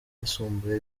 yisumbuye